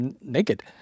naked